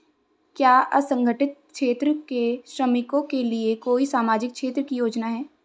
क्या असंगठित क्षेत्र के श्रमिकों के लिए कोई सामाजिक क्षेत्र की योजना है?